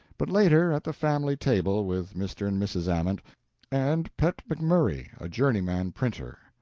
but later at the family table with mr. and mrs. ament and pet mcmurry, a journeyman printer.